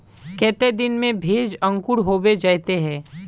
केते दिन में भेज अंकूर होबे जयते है?